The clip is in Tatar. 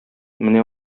менә